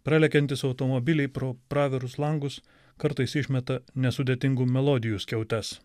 pralekiantys automobiliai pro pravirus langus kartais išmeta nesudėtingų melodijų skiautes